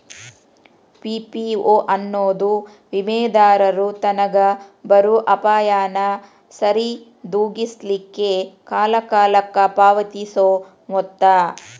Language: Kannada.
ಪಿ.ಪಿ.ಓ ಎನ್ನೊದು ವಿಮಾದಾರರು ತನಗ್ ಬರೊ ಅಪಾಯಾನ ಸರಿದೋಗಿಸ್ಲಿಕ್ಕೆ ಕಾಲಕಾಲಕ್ಕ ಪಾವತಿಸೊ ಮೊತ್ತ